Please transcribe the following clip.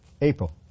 April